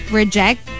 reject